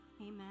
Amen